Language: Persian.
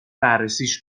بررسیش